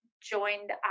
joined